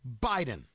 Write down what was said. Biden